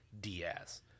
Diaz